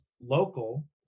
local